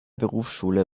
berufsschule